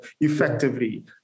effectively